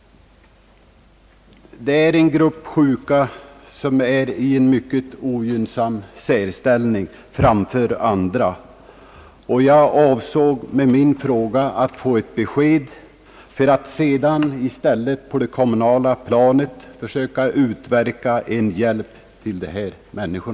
Det gäller en grupp av sjuka som är i en mycket ogynnsam särställning i förhållande till andra, och jag avsåg med min fråga att få ett besked för att sedan i stället på det kommunala planet försöka utverka en hjälp till dessa människor.